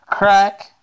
Crack